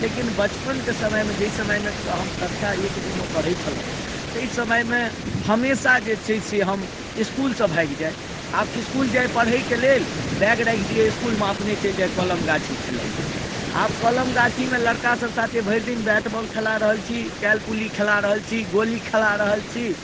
लेकिन बचपनके समयमे जे समयमे हम कक्षा एक दूमे पढ़य छलहुँ तै समयमे हमेशा जे छै से हम इसकुलसँ भागि जाइ आब इसकुल जाइ पढ़यके लेल बैग राखि दियै इसकुलमे अपने चलि जाइ कलम गाछी खेलाइ लए आब कलम गाछीमे लड़का सब साथे भरि दिन बैट बॉल खेला रहल छी खेला रहल छी गोली खेला रहल छी